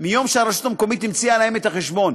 מיום שהרשות המקומית המציאה להם את החשבון,